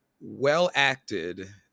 well-acted